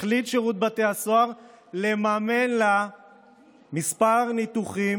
החליט שירות בתי הסוהר לממן לה כמה ניתוחים,